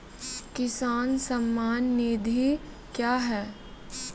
किसान सम्मान निधि क्या हैं?